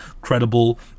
credible